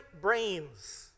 brains